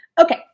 Okay